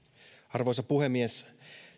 arvoisa puhemies